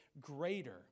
greater